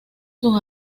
sus